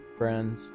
friends